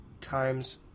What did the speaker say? times